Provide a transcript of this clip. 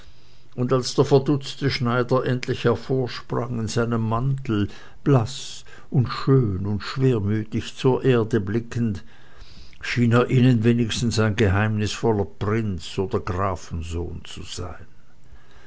und als der verdutzte schneider endlich hervorsprang in seinem mantel blaß und schön und schwermütig zur erde blickend schien er ihnen wenigstens ein geheimnisvoller prinz oder grafensohn zu sein